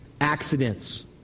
Accidents